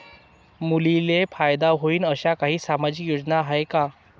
मुलींले फायदा होईन अशा काही सामाजिक योजना हाय का?